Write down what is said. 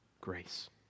grace